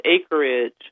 acreage